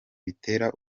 bitera